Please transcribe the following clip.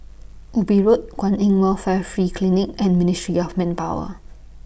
Ubi Road Kwan in Welfare Free Clinic and Ministry of Manpower